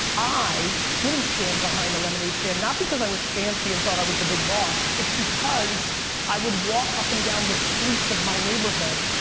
i didn't stand behind the lemonade stand, not because i was fancy and thought i was the big boss, it's because i would walk up and down the streets of my neighborhood,